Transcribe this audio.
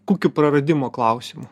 kukių praradimo klausimu